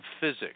physics